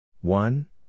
One